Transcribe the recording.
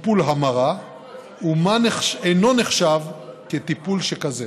טיפול המרה ומה אינו נחשב לטיפול שכזה.